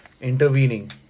intervening